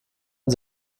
und